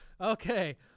Okay